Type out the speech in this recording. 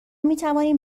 میتوانیم